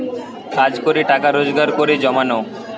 কাজ করে টাকা রোজগার করে জমানো